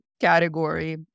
category